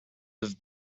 have